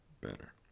better